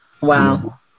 Wow